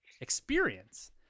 experience